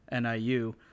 NIU